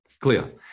Clear